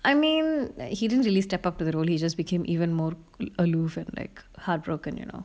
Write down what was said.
I mean like he didn't really step up to the role he just became even more aloof and like heartbroken you know